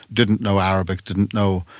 didn't know arabic, didn't know,